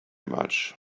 much